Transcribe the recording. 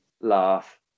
Laugh